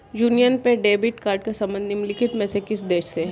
Union पे debit card का संबंध निम्नलिखित में से किस देश से है?